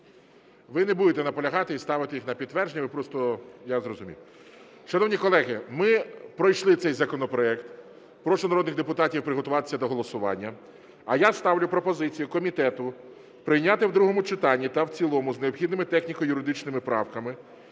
Ви не будете наполягати і ставити їх на підтвердження, ви просто… Я зрозумів. Шановні колеги, ми пройшли цей законопроект. Прошу народних депутатів приготуватись до голосування. А я ставлю пропозицію комітету прийняти в другому читанні та в цілому з необхідними техніко-юридичними правками